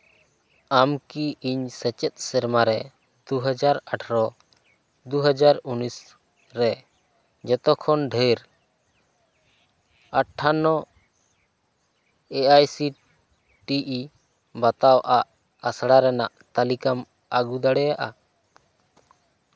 ᱟᱢ ᱠᱤ ᱤᱧ ᱥᱮᱪᱮᱫ ᱥᱮᱨᱢᱟᱨᱮ ᱫᱩ ᱦᱟᱡᱟᱨ ᱟᱴᱷᱨᱚ ᱫᱩ ᱦᱟᱡᱟᱨ ᱩᱱᱤᱥ ᱨᱮ ᱡᱚᱛᱚᱠᱷᱚᱱ ᱰᱷᱮᱨ ᱟᱴᱴᱷᱟᱱᱱᱚ ᱮᱭᱟᱭ ᱥᱤ ᱴᱤ ᱤ ᱵᱟᱛᱟᱣ ᱟᱜ ᱟᱥᱲᱟ ᱨᱮᱱᱟᱜ ᱛᱟᱹᱞᱤᱠᱟᱢ ᱟᱹᱜᱩ ᱫᱟᱲᱮᱭᱟᱜᱼᱟ